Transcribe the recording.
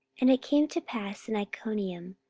and it came to pass in iconium,